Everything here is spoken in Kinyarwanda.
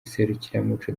serukiramuco